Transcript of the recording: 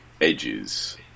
edges